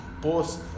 post